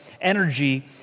energy